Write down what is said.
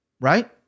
Right